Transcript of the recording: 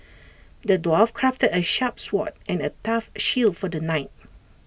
the dwarf crafted A sharp sword and A tough shield for the knight